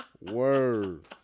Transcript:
Word